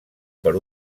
per